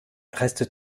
reste